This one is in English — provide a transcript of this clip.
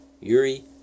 Yuri